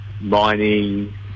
mining